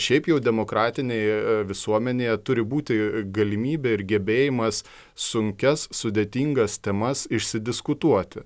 šiaip jau demokratinėje visuomenėje turi būti galimybė ir gebėjimas sunkias sudėtingas temas išsidiskutuoti